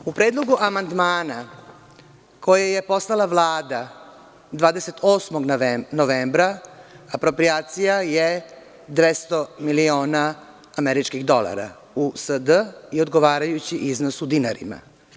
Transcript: U predlogu amandmana koji je poslala Vlada, 28. novembra, aproprijacija je 200 miliona američkih dolara, USD i odgovarajući iznos u dinarima.